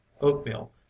oatmeal